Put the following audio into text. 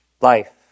Life